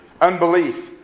Unbelief